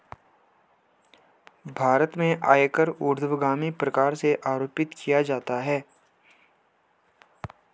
भारत में आयकर ऊर्ध्वगामी प्रकार से आरोपित किया जाता है